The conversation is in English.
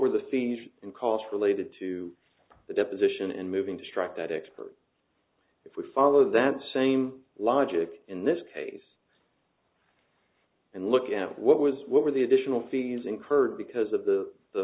were the fees and costs related to the deposition and moving to strike that expert if we follow that same logic in this case and look at what was what were the additional fees incurred because of the